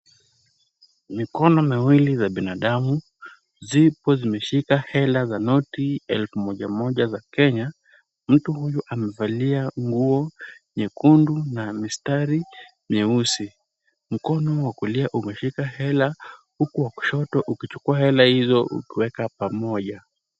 Mikono miwili za binadamu, zipo zimeshika hela za noti elfu moja moja za Kenya. Mtu huyu amevalia nguo nyekundu na mistari mieusi. Mkono wa kulia umeshika hela, huku wa kushoto ukichukua hela hizo ukiweka pamoja.